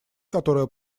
которая